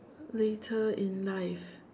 later in life